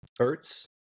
Ertz